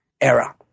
era